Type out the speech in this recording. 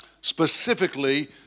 Specifically